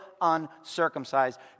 uncircumcised